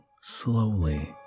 slowly